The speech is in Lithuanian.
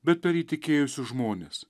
bet per įtikėjusius žmones